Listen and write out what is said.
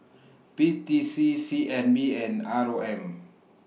P T C C N B and R O M